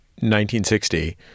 1960